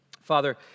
Father